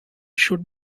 should